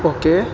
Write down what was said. okay